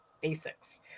basics